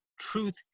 truth